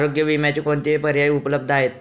आरोग्य विम्याचे कोणते पर्याय उपलब्ध आहेत?